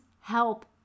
help